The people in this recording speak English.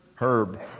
Herb